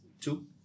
two